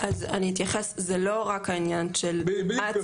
אז אני אתייחס, זה לא רק העניין של ההצעה.